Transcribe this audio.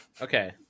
Okay